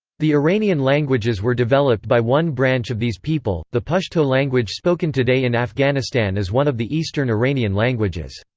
the iranian languages were developed by one branch of these people the pashto language spoken today in afghanistan is one of the eastern iranian languages.